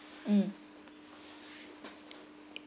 mm